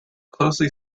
closely